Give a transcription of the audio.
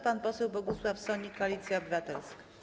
Pan poseł Bogusław Sonik, Koalicja Obywatelska.